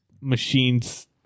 machines